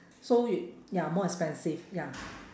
so you ya more expensive ya